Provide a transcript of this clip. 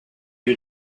you